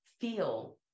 feel